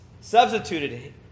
substituted